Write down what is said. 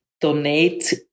donate